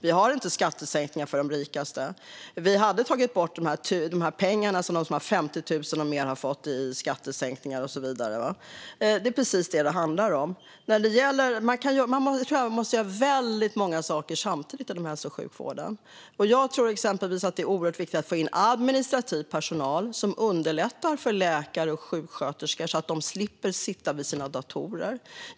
Vi har inte skattesänkningar för de rikaste. Vi hade tagit bort pengarna som de som har 50 000 och mer har fått i skattesänkningar och så vidare. Det är precis det det handlar om. Jag tror att man måste göra väldigt många saker samtidigt inom hälso och sjukvården. Jag tror exempelvis att det är oerhört viktigt att få in administrativ personal som underlättar för läkare och sjuksköterskor så att de slipper sitta vid sina datorer.